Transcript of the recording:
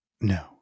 No